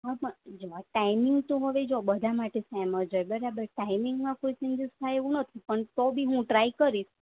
હા પણ જુઓ ટાઈમિગ તો હવે જુઓ બધા માટે સેમ જ હોય બરાબર ટાઈમિંગમાં કોઈ ચેન્જીસ થાય એવું નથી પણ તો બી હું ટ્રાય કરીશ